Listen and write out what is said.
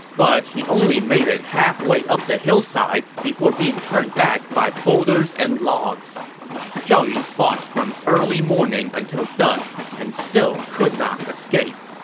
but he only made it halfway up the hillside before being turned back by boulders and logs zhao yun fought from early morning until dusk and still could not escape.